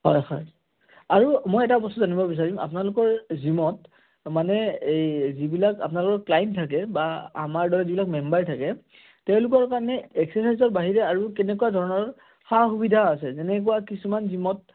হয় হয় আৰু মই এটা বস্তু জানিব বিচাৰিম আপোনালোকৰ জিমত মানে এই যিবিলাক আপোনালোকৰ ক্লাইণ্ট থাকে বা আমাৰ দৰে যিবিলাক মেম্বাৰ থাকে তেওঁলোকৰ কাৰণে এক্সাৰচাইজৰ বাহিৰে আৰু কেনেকুৱা ধৰণৰ সা সুবিধা আছে যেনেকুৱা কিছুমান জিমত